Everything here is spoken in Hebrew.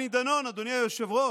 היו נאמנים לאידיאולוגיה